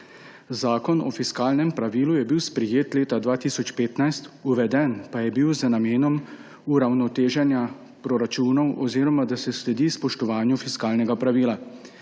Zakon o fiskalnem pravilu je bil sprejet leta 2015, uveden pa je bil z namenom uravnoteženja proračunov oziroma da se sledi spoštovanju fiskalnega pravila.